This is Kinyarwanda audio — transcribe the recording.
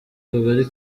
kagali